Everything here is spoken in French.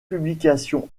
publications